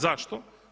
Zašto?